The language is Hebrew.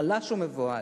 חלש ומבוהל.